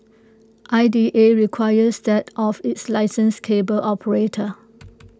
I D A requires that of its licensed cable operator